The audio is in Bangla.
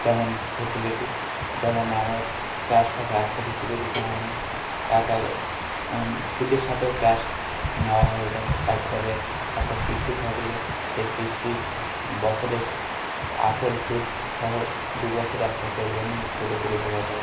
তেমন ফেসিলিটি যেমন আমার ক্যাশ টাকা একসাথে তুলে দিতে হয় না এক এক সুদের সাথেও ক্যাশ নেওয়া হয়ে যায় একবারে একটা কিস্তি থাকলে সেই কিস্তির বছরের আসল সুদ সহ দু বছর একটা কেউ লোন নিলে শোধও করে দেওয়া যায়